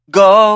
go